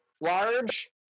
large